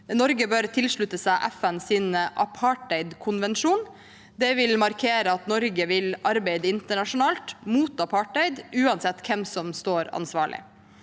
Norge bør tilslutte seg FNs apartheid-konvensjon. Det vil markere at Norge vil arbeide internasjonalt mot apartheid uansett hvem som står ansvarlig.